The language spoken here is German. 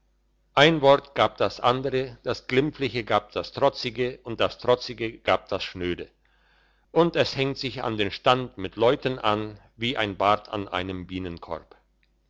ein wort gab das andere das glimpfliche gab das trotzige und das trotzige gab das schnöde und es hängt sich an den stand mit leuten an wie ein bart an einem bienenkorb